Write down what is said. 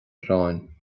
aráin